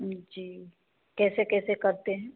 जी कैसे कैसे करते हैं